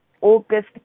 August